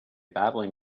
battling